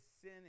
sin